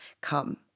come